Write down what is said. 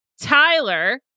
Tyler